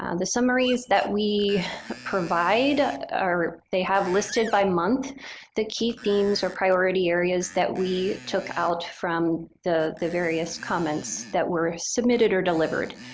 and the summaries that we provide are they have listed by month the key themes or priority areas that we took out from the the various comments that were submitted or delivered.